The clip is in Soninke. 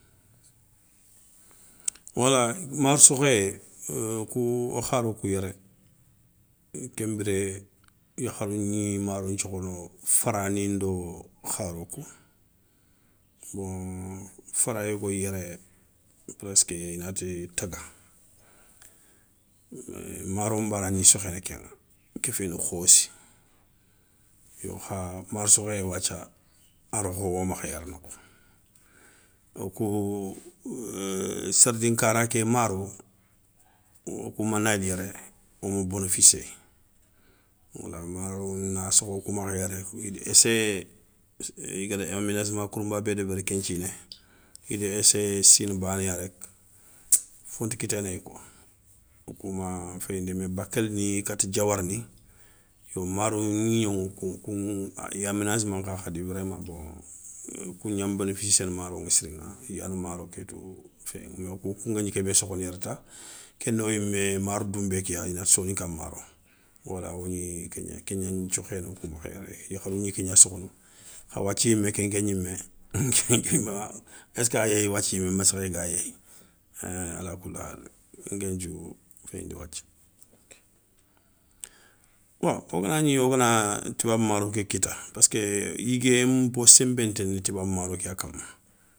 Wala maro sokhéyé eu wo kou wo kharo kou yéré kenbiré yakharou gni maro nthiokhono fara ni ndo, kharo kou bon fara yogoyi yéré. Presque inati taga maro nbanagni sokhéné kéŋa, kéfini khossi yo kha maro sokhéyé wathia a rokho wo makha yéré nokhou, wokou sardin nkara ké maro, wokoumanaéli yéré woma bonoficié. Wala maro na sokho kou makha yéré, ida essayé igada aménagement kourounba bé débéri ké nthiné, i da essayé siné bané ya rek fonta kiténéye kouwa. Wo kouma féyindi mais bakél ni kati diawara ni yo maro gnigno ŋa kouŋa kou i aménagement nkha khadi vraiment bon kougna nbénéficiéné maroŋa siriŋa i yani maro ké tou féyé yo wokou kou nguégni ké kénbé sokhono yéréta kéno yimé maro dounbé ké ya. Inati soninka maro wala wogni ké gna, ké gna nthiokhéné wo kou makha yéré, yakharou gni kégna sokhono, kha wathia yimé kenké gnimé esa yéyi wathia yimé, mé sékhéyé ga yéyi hein alakouli hal, kenkenthiou féyindi wathia, bon woganagni wogana toubabou maro ké kitta paské yiguéyé npo senbenténi toubabou maro kéya kamma.